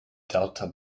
delta